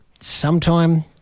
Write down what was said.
sometime